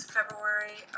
February